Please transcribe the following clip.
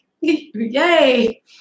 Yay